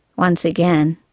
once again,